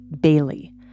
Bailey